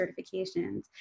certifications